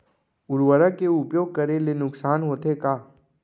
उर्वरक के उपयोग करे ले नुकसान होथे का?